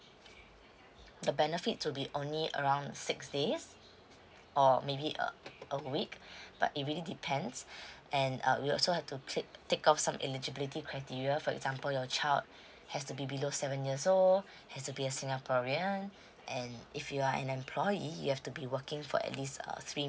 the benefit to be only around six days or maybe a a week but it really depends and uh we also have to clip take off some eligibility criteria for example your child has to be below seven years old has to be a singaporean and if you are an employee you have to be working for at least uh three